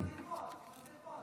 מסכות, מסכות.